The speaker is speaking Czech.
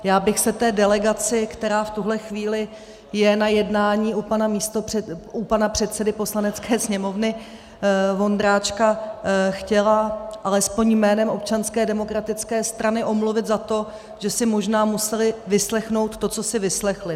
Já bych se té delegaci, která v tuhle chvíli je na jednání u pana předsedy Poslanecké sněmovny Vondráčka, chtěla alespoň jménem Občanské demokratické strany omluvit za to, že si možná museli vyslechnout to, co si vyslechli.